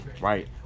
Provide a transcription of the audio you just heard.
right